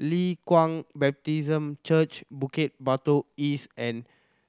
Leng Kwang Baptist Church Bukit Batok East and